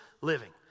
living